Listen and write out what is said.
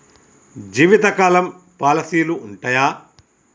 జీవితకాలం పాలసీలు ఉంటయా?